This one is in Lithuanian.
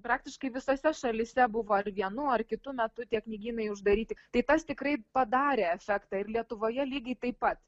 praktiškai visose šalyse buvo ar vienu ar kitu metu tie knygynai uždaryti tai tas tikrai padarė efektą ir lietuvoje lygiai taip pat